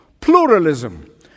Pluralism